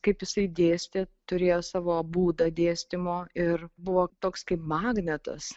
kaip jisai dėstė turėjo savo būdą dėstymo ir buvo toks kaip magnetas